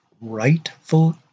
rightful